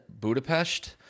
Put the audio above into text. Budapest